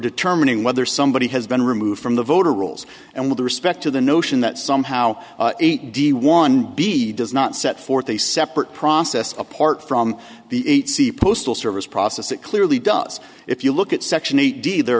determining whether somebody has been removed from the voter rolls and with respect to the notion that somehow eight d one b does not set forth a separate process apart from the eight c postal service process it clearly does if you look at section eight d there